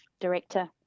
director